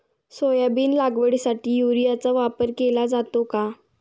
Soybean लागवडीसाठी युरियाचा वापर केला जातो का?